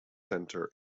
center